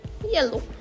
yellow